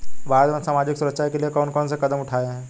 भारत में सामाजिक सुरक्षा के लिए कौन कौन से कदम उठाये हैं?